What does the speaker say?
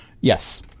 Yes